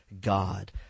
God